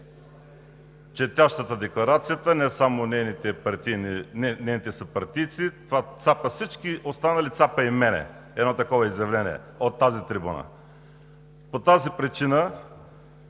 четящата декларацията, не само нейните съпартийци, това цапа всички останали, цапа и мене – едно такова изявление от тази трибуна! По тази причина